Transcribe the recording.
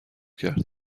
کرد